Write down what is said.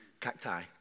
Cacti